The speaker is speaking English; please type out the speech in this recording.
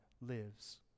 lives